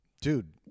dude